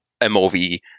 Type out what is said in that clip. MOV